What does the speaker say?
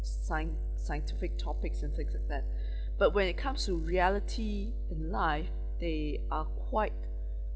scien~ scientific topics and things like that but when it comes to reality in life they are quite